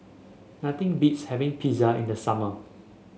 nothing beats having Pizza in the summer